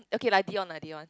okay lah Dion lah Dion